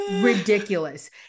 ridiculous